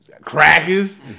Crackers